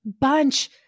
bunch